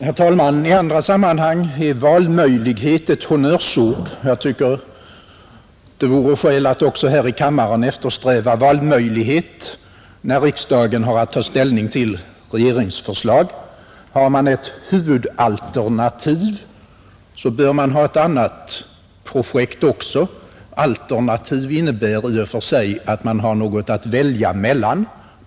Herr talman! I andra sammanhang är valmöjlighet ett honnörsord, Jag tycker att det vore skäl att också här i kammaren eftersträva valmöjlighet när riksdagen har att ta ställning till regeringsförslag. Talar man om ett huvudalternativ bör man också ha ett annat projekt. Alternativ innebär i och för sig att man har något att välja mellan.